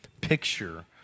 picture